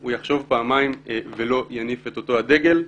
הוא יחשוב פעמיים ולא יניף את אותו הדגל.